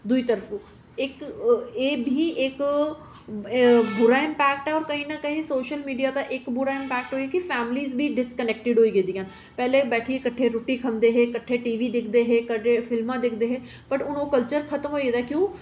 दुई तरफा एह्बी इक बुरा इम्पैक्ट ऐ केईं ना केईं एह् सोशल मीडिया दा बुरा इम्पैक्ट ऐ कि फैमिली बी डिसकोनैक्टेड होई गेदियां पैह्लें बैठी किट्ठे रुट्टी खंदे हे किट्ठे रुट्टी खंदे हे कदें फिल्मां दिखदे हे बट हून ओह् कल्चर हून खत्म होई गेदा क्यों